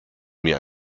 mir